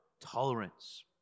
tolerance